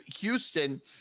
Houston